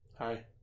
Hi